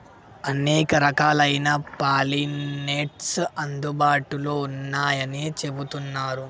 అనేక రకాలైన పాలినేటర్స్ అందుబాటులో ఉన్నయ్యని చెబుతున్నరు